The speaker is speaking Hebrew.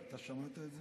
אתה שמעת את זה?